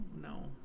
No